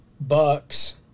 Bucks